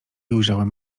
ujrzałem